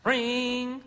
Ring